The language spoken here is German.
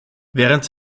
während